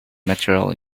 materials